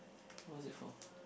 what's it for